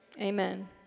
amen